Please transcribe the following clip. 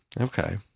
Okay